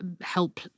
help